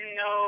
no